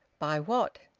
by what?